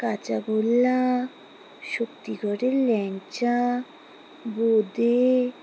কাঁচাগোল্লা শক্তিগড়ের ল্যাংচা বোঁদে